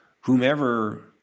whomever